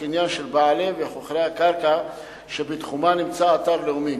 הקניין של בעלי וחוכרי הקרקע שבתחומה נמצא אתר לאומי.